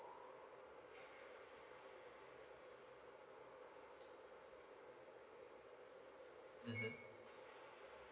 uh mm